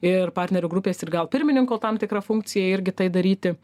ir partnerių grupės ir gal pirmininko tam tikrą funkciją irgi tai daryti